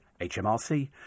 HMRC